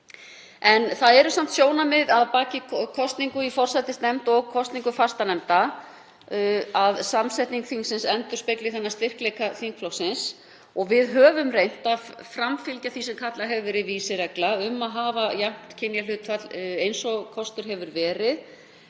En það eru samt þau sjónarmið að baki kosningu í forsætisnefnd og kosningu í fastanefndir að samsetning þingsins endurspegli þennan styrkleika þingflokksins og við höfum reynt að framfylgja því sem kallað hefur verið vísiregla um að hafa jafnt kynjahlutfall eins og kostur hefur verið.